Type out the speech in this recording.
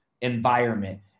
environment